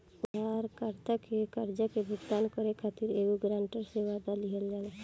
उधारकर्ता के कर्जा के भुगतान करे खातिर एगो ग्रांटर से, वादा लिहल जाला